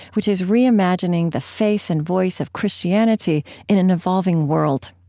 which is reimagining the face and voice of christianity in an evolving world.